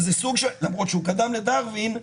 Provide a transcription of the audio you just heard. למרות שהוא קדם לדרווין,